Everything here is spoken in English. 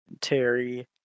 Terry